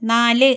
നാല്